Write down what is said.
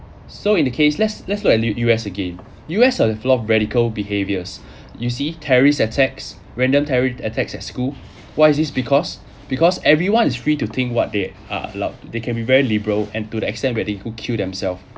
so in the case let's let's look at U_S again U_S are full of radical behaviors you see terrorist attacks random terrorist attacks at school why is this because because everyone is free to think what they are allowed they can be very liberal and to the extent where they go kill themselves